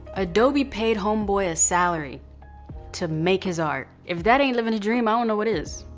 adobe paid homeboy a salary to make his art. if that ain't living the dream, iono what is.